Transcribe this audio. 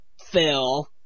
Phil